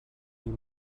you